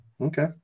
Okay